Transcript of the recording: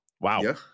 Wow